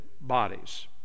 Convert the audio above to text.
bodies